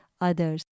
others